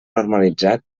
normalitzat